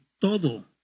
todo